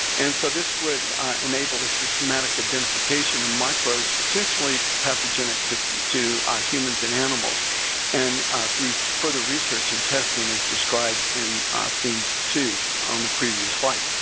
and so, this would enable the systematic identification of microbes potentially pathogenic to humans and animals and through further research and testing, as described in theme two on the previous slide.